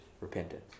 repentance